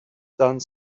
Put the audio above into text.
done